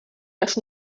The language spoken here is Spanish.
las